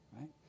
Right